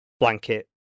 Blanket